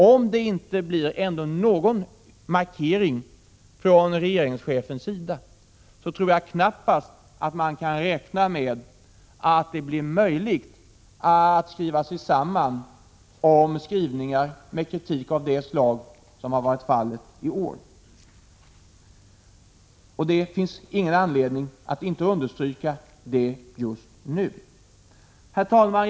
Om det ändå inte blir någon markering från regeringschefens sida tror jag knappast att man kan räkna med att det blir möjligt för konstitutionsutskottet att skriva sig samman när det gäller på det sätt som skett i år. Det finns ingen anledning att inte understryka det just nu. Herr talman!